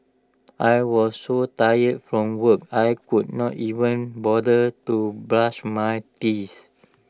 I was so tired from work I could not even bother to brush my teeth